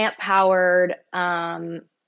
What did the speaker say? plant-powered